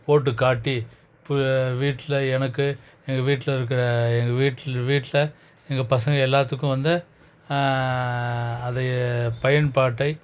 போட்டுக் காட்டி பு வீட்டில் எனக்கு எங்கள் வீட்டில் இருக்கிற எங்கள் வீட்டில் வீட்டில் எங்கள் பசங்க எல்லாத்துக்கும் வந்து அதை பயன்பாட்டை